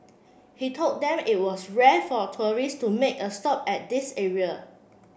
he told them that it was rare for a tourist to make a stop at this area